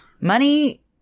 Money